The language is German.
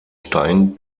stein